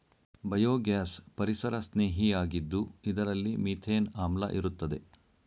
biogas ಪರಿಸರಸ್ನೇಹಿಯಾಗಿದ್ದು ಇದರಲ್ಲಿ methane ಆಮ್ಲ ಇರುತ್ತದೆ